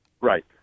Right